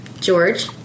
George